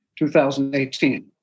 2018